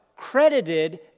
credited